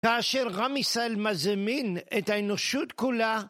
כאשר עם ישראל מזמין את האנושות כולה.